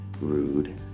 rude